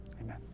Amen